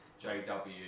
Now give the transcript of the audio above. JW